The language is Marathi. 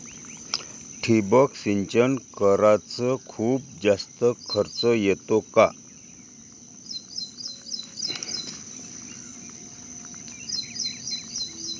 ठिबक सिंचन कराच खूप जास्त खर्च येतो का?